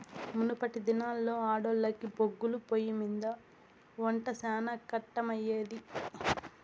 మునపటి దినాల్లో ఆడోల్లకి బొగ్గుల పొయ్యిమింద ఒంట శానా కట్టమయ్యేది